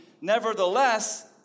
nevertheless